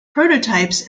prototypes